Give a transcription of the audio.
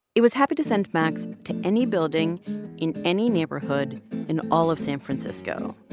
it was happy to send max to any building in any neighborhood in all of san francisco.